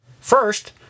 First